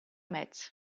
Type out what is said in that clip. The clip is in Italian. metz